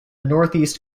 northeast